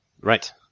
Right